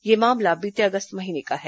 यह मामला बीते अगस्त महीने का है